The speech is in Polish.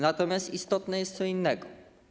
Natomiast istotne jest co innego.